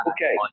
Okay